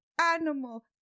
animal